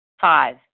Five